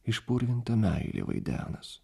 išpurvinta meilė vaidenas